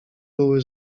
były